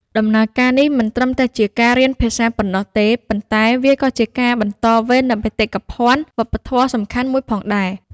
ដំណើរការនេះមិនត្រឹមតែជាការរៀនភាសាប៉ុណ្ណោះទេ ប៉ុន្តែវាក៏ជាការបន្តវេននូវបេតិកភណ្ឌវប្បធម៌ដ៏សំខាន់មួយផងដែរ។